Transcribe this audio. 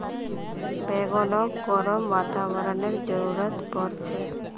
बैगनक गर्म वातावरनेर जरुरत पोर छेक